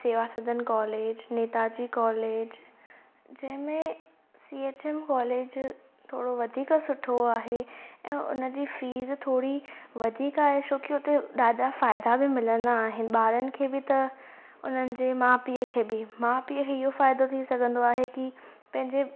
सेवा Sadan college Netaji college जंहिं में सी एच एम कॉलेज थोड़ो वधीक सुठो आहे ऐं उन जी फ़ीस थोड़ी वधीक आहे छो कि उते ॾाढा फ़ाइदा बि मिलंदा आहिनि ॿारनि खे बि त उन्हनि जे माउ पीउ खे बि माउ पीउ खे इहो फ़ाइदो थी सघंदो आहे कि पंहिंजे